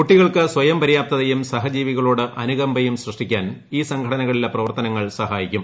കുട്ടികൾക്ക് സ്വയംപര്യാപ്തതയും സഹജീവികളോട് അനുകമ്പയും സൃഷ്ടിക്കാൻ ഈ സംഘടനകളിലെ പ്രവർത്തനങ്ങൾ സഹായിക്കും